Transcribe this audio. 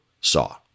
saw